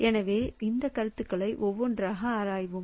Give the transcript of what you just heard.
எனவே இந்த கருத்துக்களை ஒவ்வொன்றாக ஆராய்வோம்